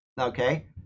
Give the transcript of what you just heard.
okay